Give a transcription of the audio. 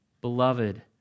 Beloved